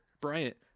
Bryant